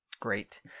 Great